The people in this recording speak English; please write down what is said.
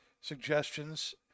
suggestions